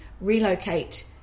relocate